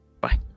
Bye